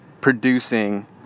producing